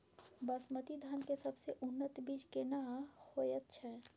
बासमती धान के सबसे उन्नत बीज केना होयत छै?